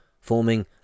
forming